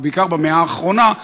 ובעיקר במאה האחרונה,